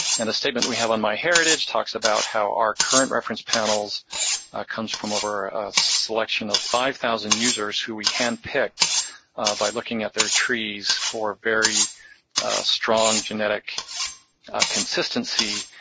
and the segment we have on myheritage talks about how our current reference panels comes from over a selection of five thousand users who we handpicked by looking at their trees for very strong genetic consistency,